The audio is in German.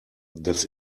das